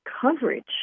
coverage